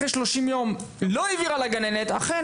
אחרי 30 ימים הוא לא העביר לגננת אכן